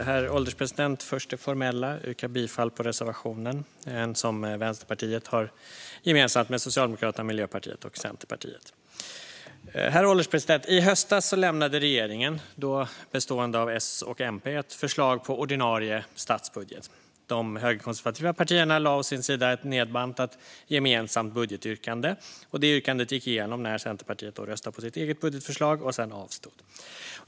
Herr ålderspresident! Först det formella: Jag yrkar bifall till den reservation som Vänsterpartiet har gemensamt med Socialdemokraterna, Miljöpartiet och Centerpartiet. Herr ålderspresident! I höstas lämnade regeringen, då bestående av S och MP, ett förslag till ordinarie statsbudget. De högerkonservativa partierna lade å sin sida fram ett nedbantat gemensamt budgetyrkande, och det yrkandet gick igenom när Centerpartiet röstade på sitt eget budgetförslag och sedan avstod.